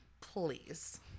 please